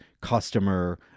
customer